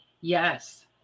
Yes